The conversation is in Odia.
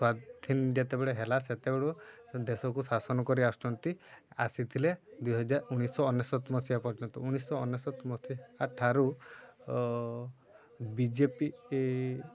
ସ୍ଵାଧୀନ ଯେତେବେଳେ ହେଲା ସେତେବେଳୁ ଦେଶକୁ ଶାସନ କରିଆସୁଛନ୍ତି ଆସିଥିଲେ ଦୁଇ ହଜାର ଉଣେଇଶି ଶହ ଅନେଶତ ମସିହା ପର୍ଯ୍ୟନ୍ତ ଉଣେଇଶି ଶହ ଅନେଶତ ମସିହା ଠାରୁ ବିଜେପି